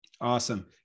Awesome